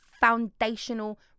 foundational